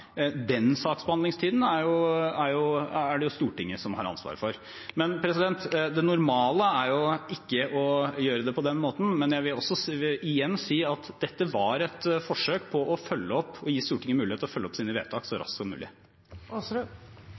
Den saksbehandlingstiden er det Stortinget som har ansvaret for. Det normale er jo ikke å gjøre det på den måten, men jeg vil igjen si at dette var et forsøk på å følge opp og gi Stortinget mulighet til å følge opp sine vedtak så raskt som